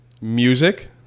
music